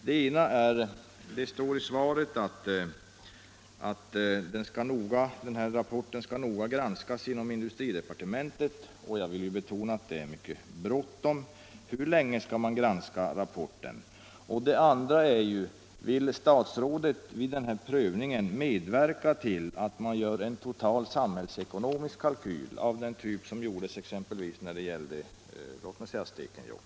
Den ena anknyter till vad industriministern sade i svaret om att den här rapporten skall noga granskas inom industridepartementet. Jag vill betona att det är mycket bråttom och frågar därför: Hur länge skall man granska rapporten? Den andra frågan är: Vill statsrådet vid den här prövningen medverka till att man gör en total samhällsekonomisk kalkyl av den typ som gjordes exempelvis när det gällde Stekenjokk?